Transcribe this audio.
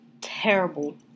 terrible